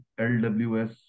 LWS